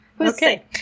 Okay